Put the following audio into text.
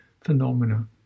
phenomena